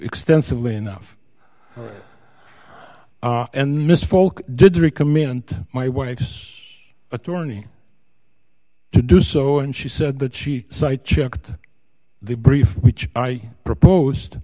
extensively enough and mr polk did recommend my wife's attorney to do so and she said that she site checked the brief which i proposed